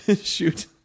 shoot